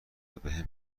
وبهم